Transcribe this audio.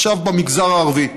עכשיו, במגזר הערבי: